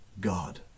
God